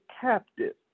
captive